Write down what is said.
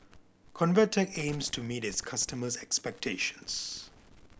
Convatec aims to meet its customers' expectations